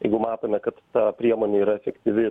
jeigu matome kad ta priemonė yra efektyvi